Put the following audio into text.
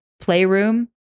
playroom